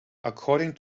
according